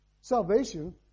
Salvation